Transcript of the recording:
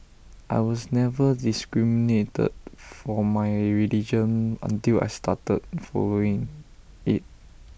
I was never discriminated for my religion until I started following IT